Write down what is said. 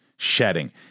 Shedding